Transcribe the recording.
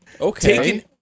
Okay